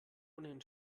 ohnehin